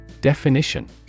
Definition